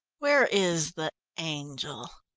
where is the angel?